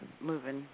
moving